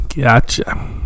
gotcha